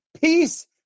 Peace